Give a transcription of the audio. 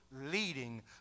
leading